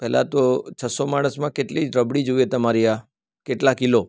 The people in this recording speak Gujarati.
પહેલાં તો છસો માણસમાં કેટલી રબડી જોઈએ તમારી આ કેટલા કિલો